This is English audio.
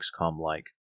XCOM-like